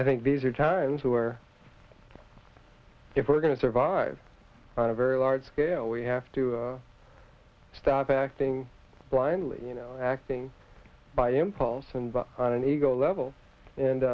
i think these are times where if we're going to survive on a very large scale we have to stop acting blindly you know acting by impulse and but on an ego level and